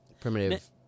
Primitive